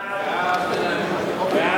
סעיפים 1 18 נתקבלו.